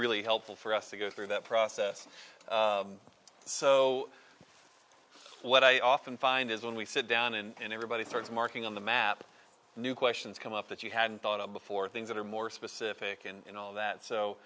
really helpful for us to go through that process so what i often find is when we sit down and everybody starts marking on the map new questions come up that you hadn't thought of before things that are more specific and all that so